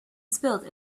spilled